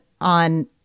on